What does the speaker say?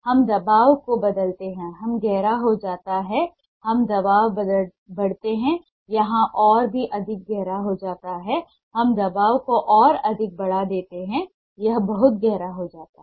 हम दबाव को बदलते हैं यह गहरा हो जाता है हम दबाव बढ़ाते हैं यह और भी अधिक गहरा हो जाता है हम दबाव को और अधिक बढ़ा देते हैं यह बहुत गहरा हो जाता है